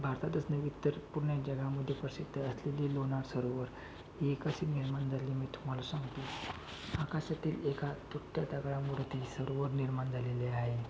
भारतातच नव्हे तर पूर्ण जगामध्ये प्रसिद्ध असे हे लोणार सरोवर हे कसे निर्माण झाले मी तुम्हाला सांगतो आकाशातील एका तुटत्या दगडामुळं ते सरोवर निर्माण झालेले आहे